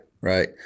Right